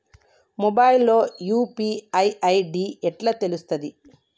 Mobile లో UPI ID ఎట్లా తెలుస్తది?